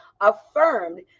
affirmed